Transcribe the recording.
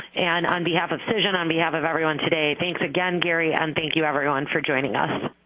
and on behalf of cision, on behalf of everyone today, thanks, again, gary. and thank you everyone for joining us,